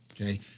okay